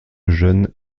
lejeune